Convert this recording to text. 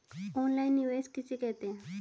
Online निवेश किसे कहते हैं?